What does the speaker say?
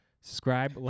Subscribe